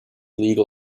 legal